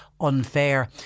unfair